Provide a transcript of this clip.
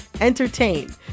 entertain